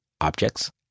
objects